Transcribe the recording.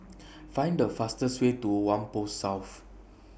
Find The fastest Way to Whampoa South